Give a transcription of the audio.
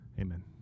amen